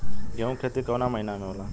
गेहूँ के खेती कवना महीना में होला?